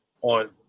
on